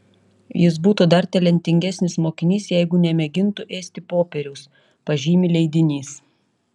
jis būtų dar talentingesnis mokinys jeigu nemėgintų ėsti popieriaus pažymi leidinys